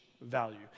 value